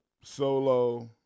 Solo